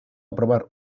aprobar